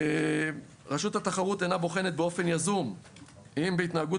רשות התחרות אינה בוחנת באופן יזום אם בהתנהגות